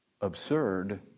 absurd